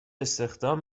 استخدام